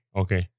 okay